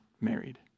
married